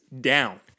down